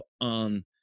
on